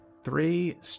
Three